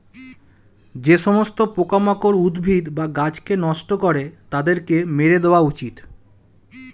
যে সমস্ত পোকামাকড় উদ্ভিদ বা গাছকে নষ্ট করে তাদেরকে মেরে দেওয়া উচিত